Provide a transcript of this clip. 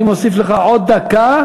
אני מוסיף לך עוד דקה.